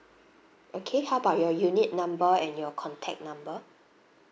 okay how about your unit number and your contact number